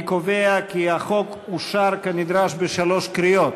אני קובע כי החוק אושר כנדרש בשלוש קריאות.